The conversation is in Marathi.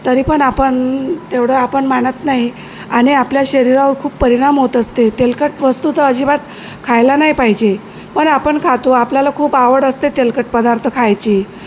तरी पण आपण तेवढं आपण मानत नाही आणि आपल्या शरीरावर खूप परिणाम होत असते तेलकट वस्तू तर अजिबात खायला नाही पाहिजे पण आपण खातो आपल्याला खूप आवड असते तेलकट पदार्थ खायची